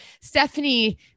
stephanie